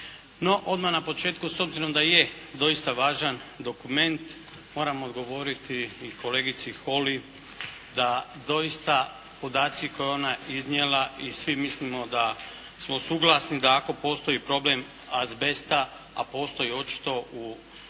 odmah na početku s obzirom da je doista važan dokument moram odgovoriti kolegici Holy da doista podaci koje je ona iznijela i svi mislimo da smo suglasni da ako postoji problem azbesta a postoji očito u Vrnjicu